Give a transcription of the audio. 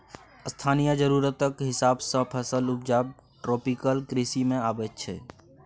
स्थानीय जरुरतक हिसाब सँ फसल उपजाएब ट्रोपिकल कृषि मे अबैत छै